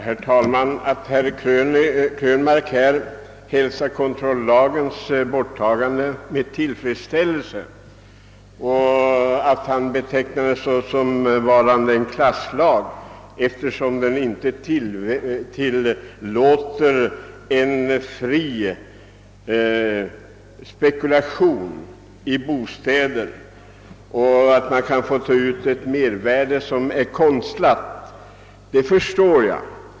Herr talman! Att herr Krönmark hälsar kontrollagens borttagande med tillfredsställelse och att han betecknar den såsom en klasslag, eftersom den inte tilllåter en fri spekulation i bostäder och att man får ta ut ett mervärde som är konstlat, förstår jag.